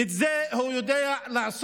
את זה הוא יודע לעשות,